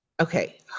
Okay